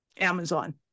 Amazon